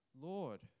Lord